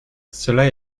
cela